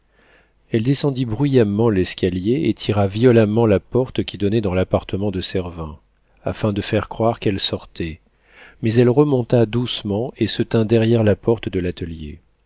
elle descendit bruyamment l'escalier et tira violemment la porte qui donnait dans l'appartement de servin afin de faire croire qu'elle sortait mais elle remonta doucement et se tint derrière la porte de l'atelier